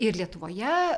ir lietuvoje